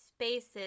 spaces